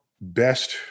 best